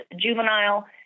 juvenile